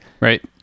Right